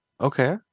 okay